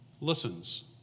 listens